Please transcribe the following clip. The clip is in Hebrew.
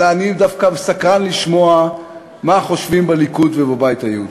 אלא אני דווקא סקרן לשמוע מה חושבים בליכוד ובבית היהודי.